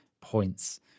points